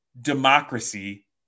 democracy